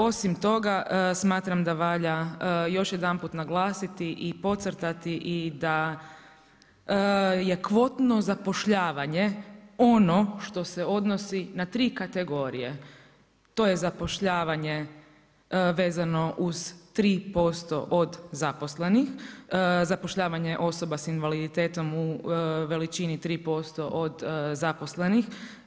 Osim toga smatram da valja još jedanput naglasiti i podcrtati i da je kvotno zapošljavanje ono što se odnosi na tri kategorije, to je zapošljavanje vezano uz 3% od zaposlenih, zapošljavanje osoba sa invaliditetom u veličini 3% od zaposlenih.